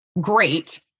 great